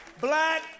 Black